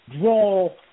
draw